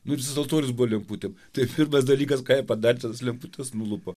nu ir visas altorius buvo lemputėm tai pirmas dalykas ką jie padarė tai tas lemputes nulupo